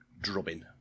drubbing